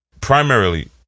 primarily